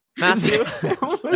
Matthew